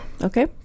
Okay